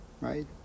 right